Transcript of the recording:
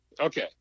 Okay